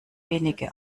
wenige